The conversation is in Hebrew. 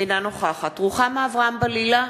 אינה נוכחת רוחמה אברהם-בלילא,